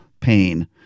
pain